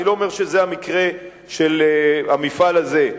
אני לא אומר שזה המקרה של המפעל הזה,